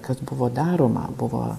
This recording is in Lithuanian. kas buvo daroma buvo